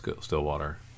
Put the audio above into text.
Stillwater